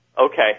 Okay